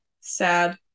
sad